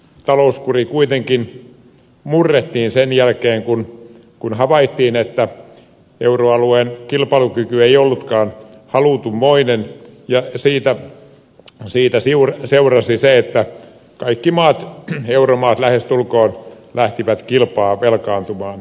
talouskuri kuitenkin murrettiin sen jälkeen kun havaittiin että euroalueen kilpailukyky ei ollutkaan halutun moinen ja siitä seurasi se että lähestulkoon kaikki euromaat lähtivät kilpaa velkaantumaan